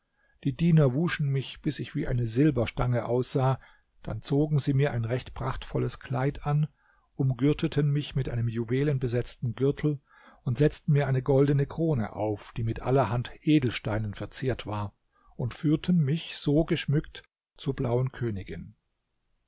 die diener wuschen mich bis ich wie eine silberstange aussah dann zogen sie mir ein recht prachtvolles kleid an umgürteten mich mit einem juwelenbesetzten gürtel und setzten mir eine goldene krone auf die mit allerhand edelsteinen verziert war und führten mich so geschmückt zur blauen königin